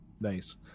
Nice